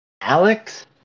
Alex